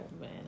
man